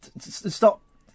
Stop